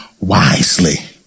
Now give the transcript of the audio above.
wisely